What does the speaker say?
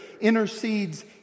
intercedes